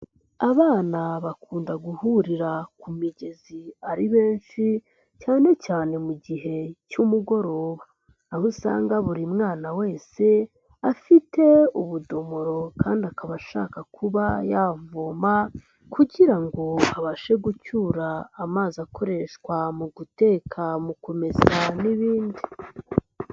Abana bakunda guhurira ku migezi ari benshi cyane cyane mu gihe cy'umugoroba, aho usanga buri mwana wese afite ubudomoro kandi akaba ashaka kuba yavoma kugira ngo abashe gucyura amazi akoreshwa mu guteka, mu kumesa n'ibindi.